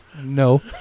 No